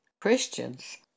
Christians